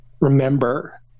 remember